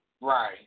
Right